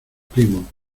primo